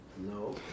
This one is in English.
No